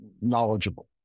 knowledgeable